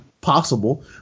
possible